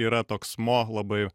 yra toks mo labai